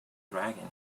dragon